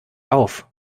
auf